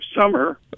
summer